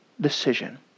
decision